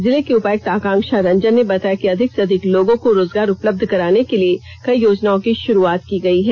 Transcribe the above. जिले की उपायुक्त आकाक्षा रंजन ने बताया कि अधिक से अधिक लोगों को रोजगार उपलब्ध कराने के लिए कई योजनाओं की शुरुआत की गयी है